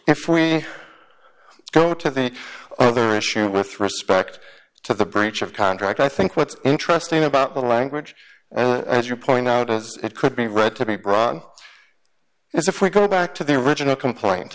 if we go to the other issue with respect to the breach of contract i think what's interesting about the language as you point out is it could be read to be broad is if we go back to the original complaint